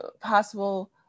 possible